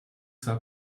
zwar